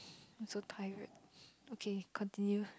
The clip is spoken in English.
I'm so tired okay continue